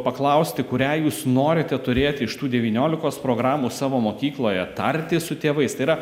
paklausti kurią jūs norite turėti iš tų devyniolikos programų savo mokykloje tartis su tėvais tai yra